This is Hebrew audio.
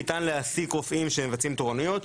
ניתן להעסיק רופאים שמבצעים תורנויות,